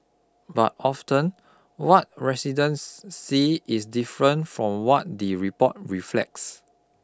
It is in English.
but often what residents see is different from what the report reflects